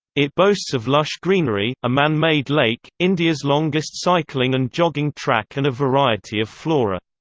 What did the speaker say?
it boasts of lush greenery, a man-made lake, india's longest cycling and jogging track and a variety of flora.